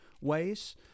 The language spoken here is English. ways